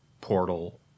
portal